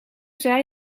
zei